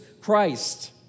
Christ